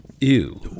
Ew